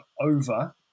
over